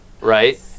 right